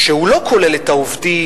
שלא כולל את העובדים,